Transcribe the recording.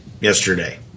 yesterday